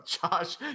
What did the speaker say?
josh